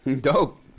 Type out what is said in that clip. Dope